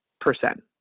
percent